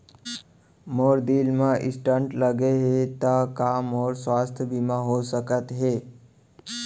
मोर दिल मा स्टन्ट लगे हे ता का मोर स्वास्थ बीमा हो सकत हे?